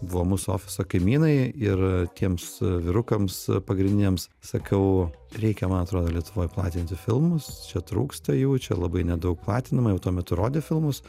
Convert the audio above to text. buvo mūsų ofiso kaimynai ir tiems vyrukams pagrindiniams sakiau reikia man atrodo lietuvoj platinti filmus čia trūksta jų čia labai nedaug platinama jau tuo metu rodė filmus